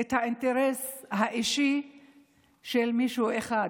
את האינטרס האישי של מישהו אחד,